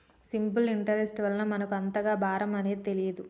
simple interest వలన మనకు అంతగా భారం అనేది తెలియదు